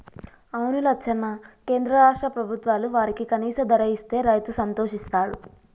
అవును లచ్చన్న కేంద్ర రాష్ట్ర ప్రభుత్వాలు వారికి కనీస ధర ఇస్తే రైతు సంతోషిస్తాడు